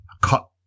cut